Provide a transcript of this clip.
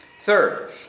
Third